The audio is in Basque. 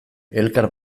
elkar